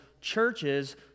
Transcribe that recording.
churches